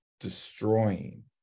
Destroying